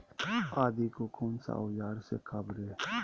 आदि को कौन सा औजार से काबरे?